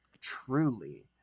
truly